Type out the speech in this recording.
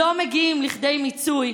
לא מגיעים לכדי מיצוי,